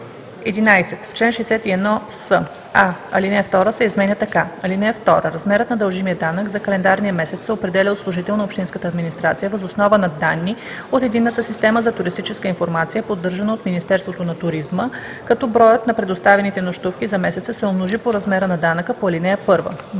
11. В чл. 61с: а) алинея 2 се изменя така: „(2) Размерът на дължимия данък за календарния месец се определя от служител на общинската администрация въз основа на данни от Единната система за туристическа информация, поддържана от Министерството на туризма, като броят на предоставените нощувки за месеца се умножи по размера на данъка по ал.